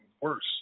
worse